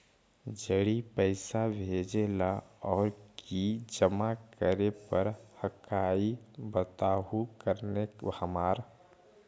जड़ी पैसा भेजे ला और की जमा करे पर हक्काई बताहु करने हमारा?